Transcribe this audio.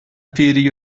پیری